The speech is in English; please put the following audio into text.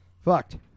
Fucked